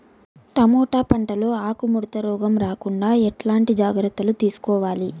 Tomato పంట లో ఆకు ముడత రోగం రాకుండా ఎట్లాంటి జాగ్రత్తలు తీసుకోవాలి?